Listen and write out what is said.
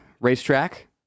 racetrack